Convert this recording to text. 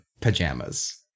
pajamas